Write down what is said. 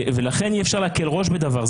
לכן אי אפשר להקל ראש בדבר הזה.